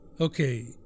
okay